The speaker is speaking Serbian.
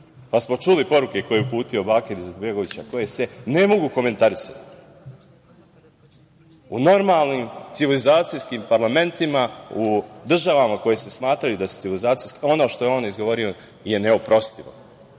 Pa smo čuli poruke koje je uputio Bakir Izetbegović, koje se ne mogu komentarisati. U normalnim, civilizacijskim parlamentima, u državama koje se smatraju da su civilizacijske, ono što je on izgovorio je neoprostivo,